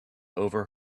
over